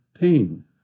pain